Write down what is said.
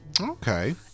Okay